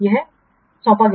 यहां सौंपा गया